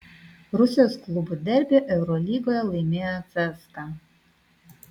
rusijos klubų derbį eurolygoje laimėjo cska